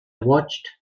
watched